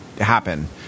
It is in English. happen